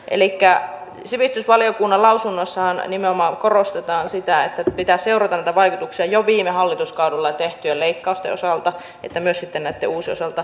elikkä sivistysvaliokunnan lausunnossahan nimenomaan korostetaan sitä että pitää seurata niitä vaikutuksia jo viime hallituskaudella tehtyjen leikkausten osalta ja myös sitten näitten uusien osalta